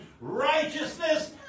righteousness